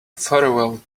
farewell